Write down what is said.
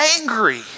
angry